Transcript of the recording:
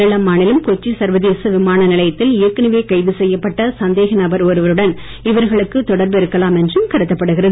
கேரள மாநிலம் கொச்சி சர்வதேச விமான நிலையத்தில் ஏற்கனவே கைது செய்யப்பட்ட சந்தேக நபர் ஒருவருடன் இவர்களுக்கு தொடர்பு இருக்கலாம் என்றும் கருதப்படுகிறது